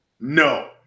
No